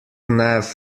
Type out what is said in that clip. nav